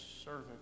servant